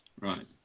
Right